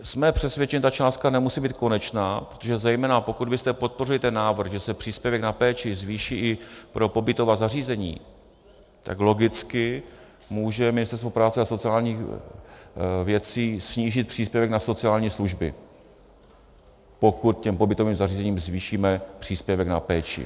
Jsme přesvědčeni, že ta částka nemusí být konečná, protože zejména pokud byste podpořili návrh, že se příspěvek na péči zvýší i pro pobytová zařízení, tak logicky může Ministerstvo práce a sociálních věcí snížit příspěvek na sociální služby, pokud těm pobytovým zařízením zvýšíme příspěvek na péči.